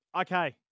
Okay